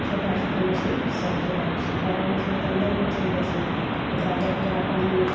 छोटा छोटा मछली सब चलि आबै छै बड़ा मछली तऽ अन्दरमे चलि जाइत छै ओकरा जब पूरा पानिओ